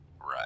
Right